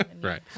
right